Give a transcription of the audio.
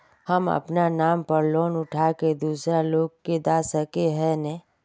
हम अपना नाम पर लोन उठा के दूसरा लोग के दा सके है ने